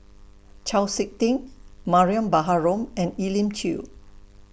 Chau Sik Ting Mariam Baharom and Elim Chew